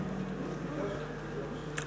ביקשתי.